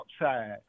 outside